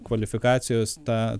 kvalifikacijos tą